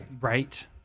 Right